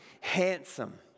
handsome